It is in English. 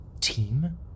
team